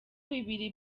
bibiri